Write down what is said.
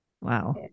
wow